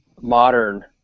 modern